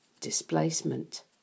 displacement